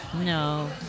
No